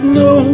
no